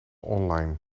online